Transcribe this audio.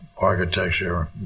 architecture